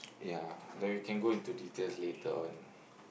yeah like we can go into details later on